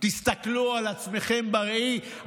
תסתכלו על עצמכם בראי.